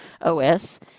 OS